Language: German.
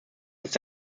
ist